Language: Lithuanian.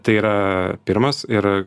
tai yra pirmas ir